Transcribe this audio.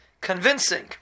convincing